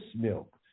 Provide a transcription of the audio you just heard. milk